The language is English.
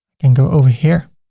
can go over here,